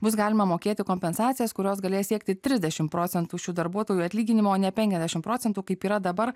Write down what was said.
bus galima mokėti kompensacijas kurios galės siekti trisdešimt procentų šių darbuotojų atlyginimo o ne penkiasdešimt procentų kaip yra dabar